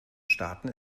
staaten